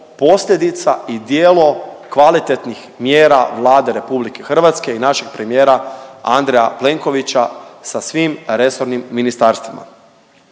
posljedica i djelo kvalitetnih mjera Vlade RH i našeg premijera Andreja Plenkovića sa svim resornim ministarstvima.